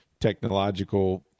technological